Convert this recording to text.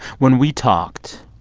when we talked,